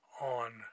on